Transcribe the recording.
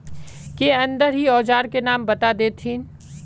के अंदर ही औजार के नाम बता देतहिन?